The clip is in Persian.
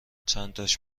چنتاش